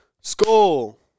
school